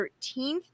13th